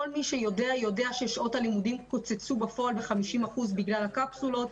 כל מי שיודע יודע ששעות הלימודים קוצצו ב-50% בגלל הקפסולות,